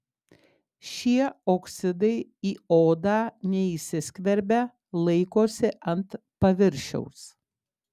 šie oksidai į odą neįsiskverbia laikosi ant paviršiaus